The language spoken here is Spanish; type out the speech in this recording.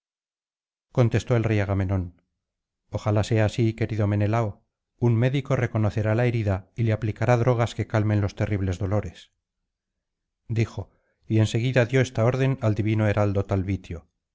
contestó el rey agamenón ojalá sea así querido menelao un médico reconocerá la herida y le aplicará drogas que calmen los terribles dolores dijo y en seguida dio esta orden al divino heraldo taltibio